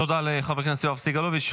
תודה לחבר הכנסת יואב סגלוביץ.